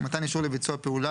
מתן אישור לביצוע פעולה,